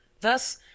Thus